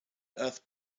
earth